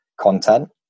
content